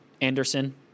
Anderson